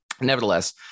Nevertheless